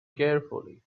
carefully